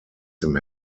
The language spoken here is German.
dem